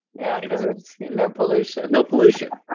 yeah, because of no pollution. no pollution.